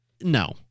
No